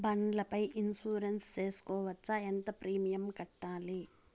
బండ్ల పై ఇన్సూరెన్సు సేసుకోవచ్చా? ఎంత ప్రీమియం కట్టాలి?